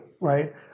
right